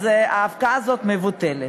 ההפקעה הזאת מבוטלת.